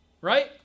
right